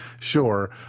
sure